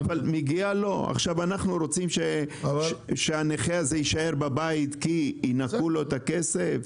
אנחנו רוצים שהנכה יישאר בבית כי ינכו לו את הכסף?